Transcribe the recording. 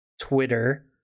Twitter